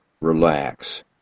relax